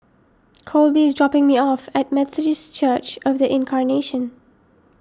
Colby is dropping me off at Methodist Church of the Incarnation